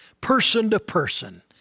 person-to-person